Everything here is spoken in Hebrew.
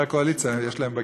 את חברי הקואליציה יש להם בכיס,